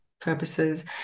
purposes